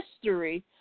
history